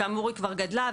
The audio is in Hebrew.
שכאמור היא כבר גדלה,